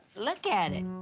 look at and